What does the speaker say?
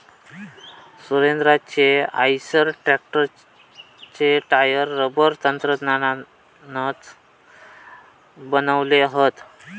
सुरेंद्राचे आईसर ट्रॅक्टरचे tyre rubber तंत्रज्ञानातनाच बनवले हत